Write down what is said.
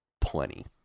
plenty